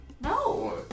No